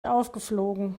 aufgeflogen